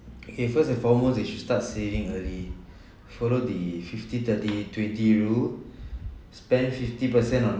okay first and foremost they should start saving early follow the fifty thirty twenty rule spend fifty per cent on